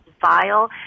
vile